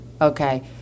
Okay